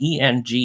ENG